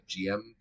GM